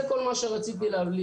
זה כל מה שרציתי לציין.